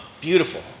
Beautiful